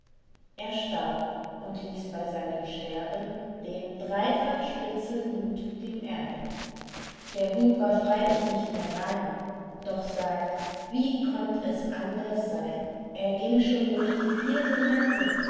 er starb und ließ bei seinem sterben den dreifach spitzen hut dem erben der hut war freilich nicht mehr rein doch sagt wie konnt es anders sein er ging schon durch die vierten hände